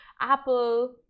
apple